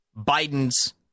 Biden's